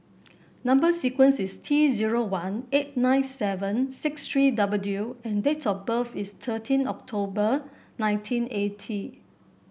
number sequence is T zero one eight nine seven six three W and date of birth is thirteen October nineteen eighty